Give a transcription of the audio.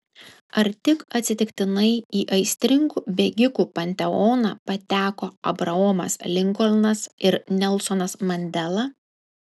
ar tik atsitiktinai į aistringų bėgikų panteoną pateko abraomas linkolnas ir nelsonas mandela